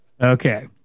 Okay